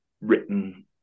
written